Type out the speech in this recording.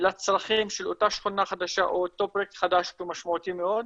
לצרכים של אותה שכונה חדשה או אותו פרויקט חדש שהוא משמעותי מאוד.